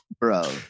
Bro